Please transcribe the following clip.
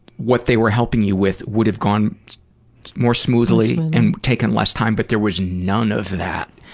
what they were helping you with would have gone more smoothly and taken less time, but there was none of that.